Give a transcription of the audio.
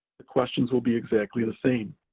the questions will be exactly the same.